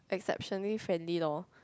exceptionally friendly loh